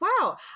wow